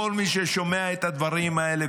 כל מי ששומע את הדברים האלה,